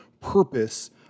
purpose